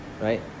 right